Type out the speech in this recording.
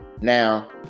Now